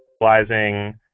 utilizing